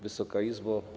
Wysoka Izbo!